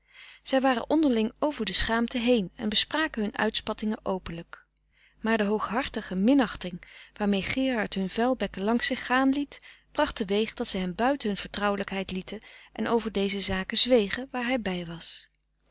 zij waren onderling over de schaamte heen en bespraken hun uitspattingen openlijk maar de hooghartige minachting waarmee gerard hun vuilbekken langs zich gaan liet bracht te weeg dat zij hem buiten hun vertrouwelijkheid lieten en over deze zaken zwegen waar hij bij was